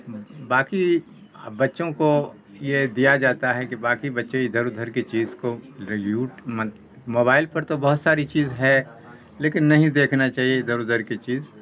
باقی بچوں کو یہ دیا جاتا ہے کہ باقی بچے ادھر ادھر کی چیز کو دیوٹ مت موبائل پر تو بہت ساری چیز ہے لیکن نہیں دیکھنا چاہیے ادھر ادھر کی چیز